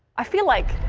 i feel like.